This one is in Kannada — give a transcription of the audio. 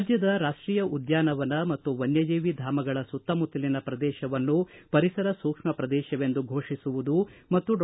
ರಾಜ್ಯದ ರಾಷ್ಲೀಯ ಉದ್ಯಾನವನ ಮತ್ತು ವನ್ನಜೀವಿ ಧಾಮಗಳ ಸುತ್ತಮುತ್ತಲಿನ ಪ್ರದೇಶವನ್ನು ಪರಿಸರ ಸೂಕ್ಷ್ಮ ಪ್ರದೇಶವೆಂದು ಫೋಷಿಸುವುದು ಮತ್ತು ಡಾ